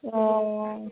অঁ